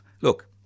Look